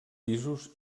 pisos